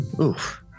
Oof